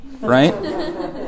right